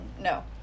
no